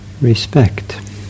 Respect